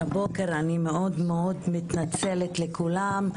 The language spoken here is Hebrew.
אני מתנצלת בפני כולם.